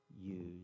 use